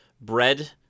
bread